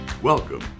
Welcome